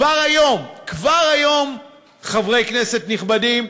כבר היום, כבר היום, חברי כנסת נכבדים,